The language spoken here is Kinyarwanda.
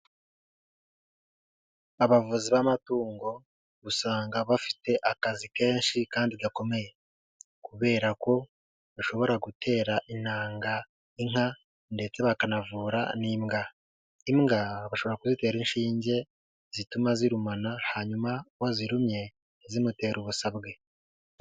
Abavuzi b'amatungo usanga bafite akazi kenshi kandi gakomeye, kubera ko bashobora gutera intanga inka ndetse bakanavura n'imbwa. Imbwa bashobora kuzitera inshinge zituma zirumana hanyuma uwo zirumye ntizimutera ubusabwe.